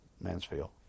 Mansfield